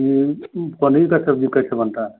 ये पनीर का सब्जी कैसे बनती है